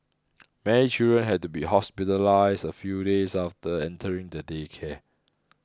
many children had to be hospitalised a few days after entering the daycare